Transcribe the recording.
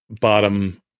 bottom